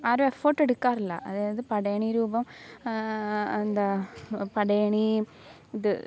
ആരും എഫോട്ടെടുക്കാറില്ല അതായത് പടയണീ രൂപം എന്താ പടയണീ ഇത്